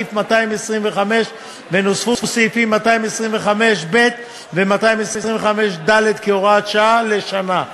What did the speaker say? סעיף 225א ונוספו סעיפים 225ב 225ד כהוראת שעה לשנה,